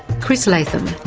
chris latham,